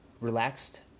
relaxed